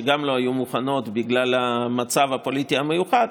שגם כן לא היו מוכנות בגלל המצב הפוליטי המיוחד,